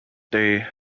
day